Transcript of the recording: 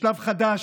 בשלב חדש: